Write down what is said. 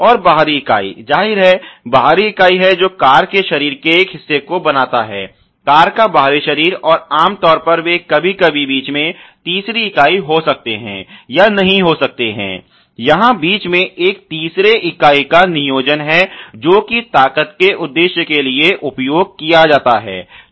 और बाहरी इकाई जाहिर है बाहरी इकाई है जो कार के शरीर के एक हिस्से को बनाता है कार का बाहरी शरीर और आम तौर पर वे कभी कभी बीच में तीसरे इकाई हो सकते हैं या नहीं हो सकते हैं यहां बीच में एक तीसरे इकाई का नियोजन है जो कि ताकत के उद्देश्य के लिए उपयोग किया जाता है